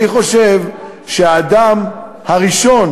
אני חושב שהאדם הראשון,